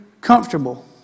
comfortable